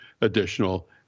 additional